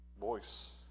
voice